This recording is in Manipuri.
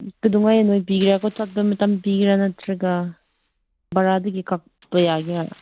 ꯑꯗꯨꯃꯥꯏ ꯑꯣꯏ ꯄꯤꯒꯦꯔꯥ ꯆꯠꯄ ꯃꯇꯝ ꯄꯤꯒꯦꯔꯥ ꯅꯠꯇ꯭ꯔꯒ ꯕꯔꯥꯗꯒꯤ ꯀꯛꯄ ꯌꯥꯒꯦꯔꯥ